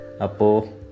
Apo